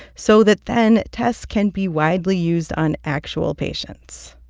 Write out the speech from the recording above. so that then tests can be widely used on actual patients.